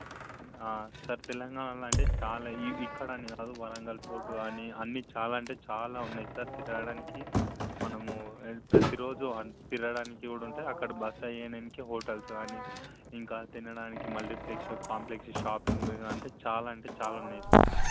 sir తెలంగాణలో అంటే చాలా ఇక్కడ అని కాదు వరంగల్ పోర్టు కానీ అన్నీ చాలా అంటే చాలా ఉన్నాయి సార్ తిరగడానికి మనము ప్రతిరోజు తిరగడానికి కూడా ఉంటుంది అక్కడ బస చేయడానికి హోటల్స్ కానీ ఇంకా తినడానికి మళ్ళీ ఫ్రెష్గా కాంప్లెక్స్ షాపింగ్లుఇవి అంటే చాలా అంటే చాలా ఉన్నాయి సార్